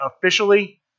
officially